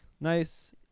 nice